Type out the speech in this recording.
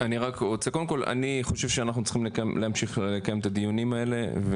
קודם כל אני חושב שאנחנו צריכים להמשיך לקיים את הדיונים האלה,